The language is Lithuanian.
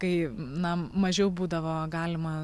kai na mažiau būdavo galima